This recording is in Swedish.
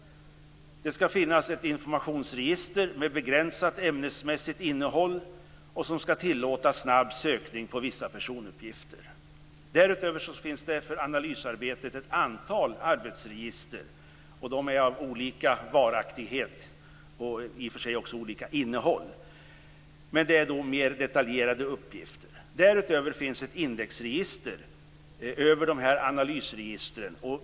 Det skall finnas ett informationsregister med begränsat ämnesmässigt innehåll som skall tillåta snabb sökning på vissa personuppgifter. Därutöver skall det för analysarbetet finnas ett antal arbetsregister av olika varaktighet och innehåll med mer detaljerade uppgifter. Därutöver skall finnas ett indexregister över analysregistren.